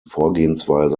vorgehensweise